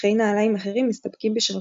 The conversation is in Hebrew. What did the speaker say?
מצחצחי נעליים אחרים מסתפקים בשרפרף,